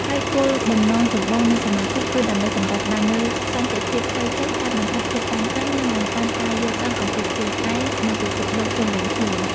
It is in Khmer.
ហើយគោលបំណងចម្បងនៃសមាធិ គឺដើម្បីសម្រេចបាននូវសន្តិភាពផ្លូវចិត្ត កាត់បន្ថយភាពតានតឹង និងបង្កើនការយល់ដឹងអំពីខ្លួនឯង និងពិភពលោកជុំវិញខ្លួន។